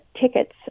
tickets